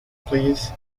please